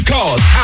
Cause